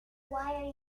why